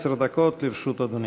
עד עשר דקות לרשות אדוני.